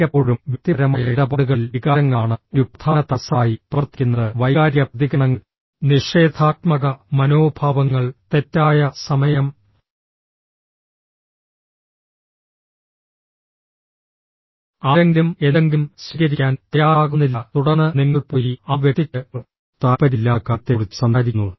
മിക്കപ്പോഴും വ്യക്തിപരമായ ഇടപാടുകളിൽ വികാരങ്ങളാണ് ഒരു പ്രധാന തടസ്സമായി പ്രവർത്തിക്കുന്നത് വൈകാരിക പ്രതികരണങ്ങൾ നിഷേധാത്മക മനോഭാവങ്ങൾ തെറ്റായ സമയം ആരെങ്കിലും എന്തെങ്കിലും സ്വീകരിക്കാൻ തയ്യാറാകുന്നില്ല തുടർന്ന് നിങ്ങൾ പോയി ആ വ്യക്തിക്ക് താൽപ്പര്യമില്ലാത്ത കാര്യത്തെക്കുറിച്ച് സംസാരിക്കുന്നു